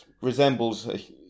resembles